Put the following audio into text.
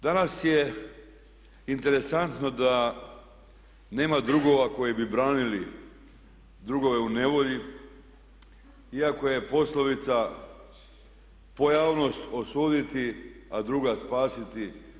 Danas je interesantno da nema drugova koji bi branili drugove u nevolji iako je poslovica pojavnost osuditi a druga spasiti.